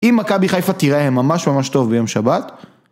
אם מכבי חיפה תיראה ממש ממש טוב ביום שבת